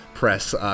Press